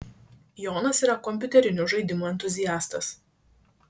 jonas yra kompiuterinių žaidimų entuziastas